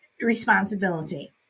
responsibility